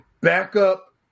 backup